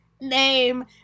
name